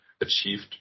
achieved